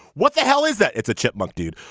what the hell is that. it's a chipmunk dude.